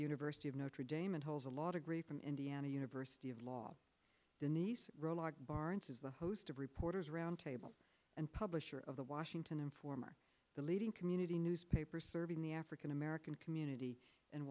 university of notre dame and holds a law degree from indiana university of law denice role art barnes's a host of reporters roundtable and publisher of the washington former the leading community newspaper serving the african american community in